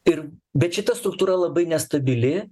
ir bet šita struktūra labai nestabili